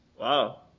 Wow